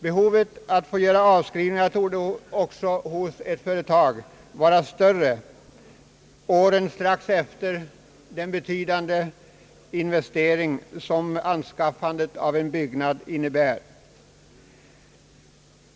Behovet att få göra avskrivningar torde också hos ett företag vara större åren strax efter den betydande investering, som anskaffandet av en byggnad innebär.